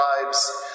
tribes